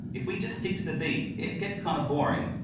if we just stick to the beat, it gets kind of boring,